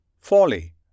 folly